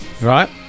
right